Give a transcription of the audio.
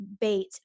bait